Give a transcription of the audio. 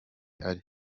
ari